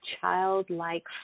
childlike